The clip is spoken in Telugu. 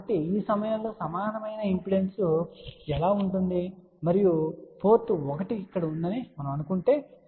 కాబట్టి ఈ సమయంలో సమానమైన ఇంపిడెన్స్ ఎలా ఉంటుంది మరియు పోర్ట్ ఒకటి ఇక్కడ ఉందని మనము చెబితే అది 503 16